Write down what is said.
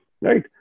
right